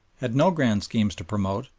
had no grand schemes to promote,